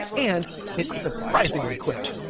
and it's surprisingly quick.